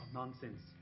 nonsense